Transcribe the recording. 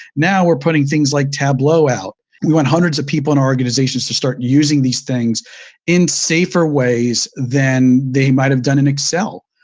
now, we're putting things like tableau out. we want hundreds of people in our organizations to start using these things in safer ways than they might have done in excel.